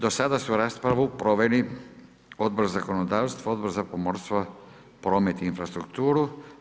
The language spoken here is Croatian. Do sada su raspravu proveli Odbor za zakonodavstvo, Odbor za pomorstvo, promet i infrastrukturu.